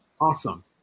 Awesome